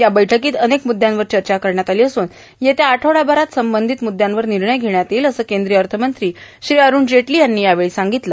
या बैठकीत अनेक मुद्यांवर चर्चा करण्यात आली असून येत्या आठवड्याभरात या मुद्यांवर निर्णय घेण्यात येईल असं केंद्रीय अर्थमंत्री श्री अरूण जेटली यांनी यावेळी सांगितलं